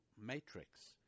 matrix